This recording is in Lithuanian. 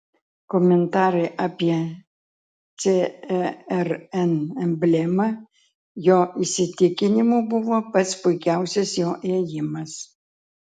komentarai apie cern emblemą jo įsitikinimu buvo pats puikiausias jo ėjimas